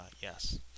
yes